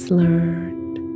learned